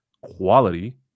quality